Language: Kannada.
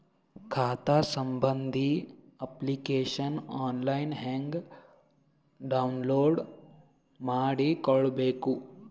ಖಾತಾ ಸಂಬಂಧಿ ಅಪ್ಲಿಕೇಶನ್ ಆನ್ಲೈನ್ ಹೆಂಗ್ ಡೌನ್ಲೋಡ್ ಮಾಡಿಕೊಳ್ಳಬೇಕು?